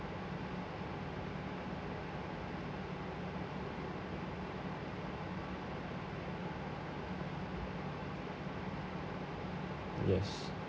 yes